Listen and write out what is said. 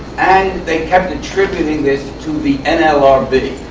and they kept attributing this to the and and um